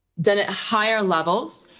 done at higher levels.